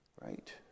right